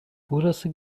burası